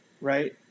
right